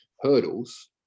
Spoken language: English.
hurdles